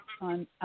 on